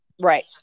right